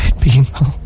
people